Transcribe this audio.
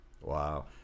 Wow